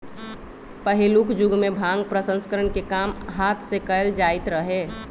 पहिलुक जुगमें भांग प्रसंस्करण के काम हात से कएल जाइत रहै